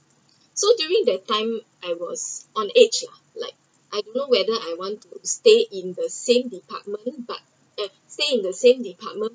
so during that time I was on edge lah like I don’t know whether I want to stay in the same department but stay at the same department but stay in the same department but leave